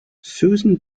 susan